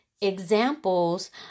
examples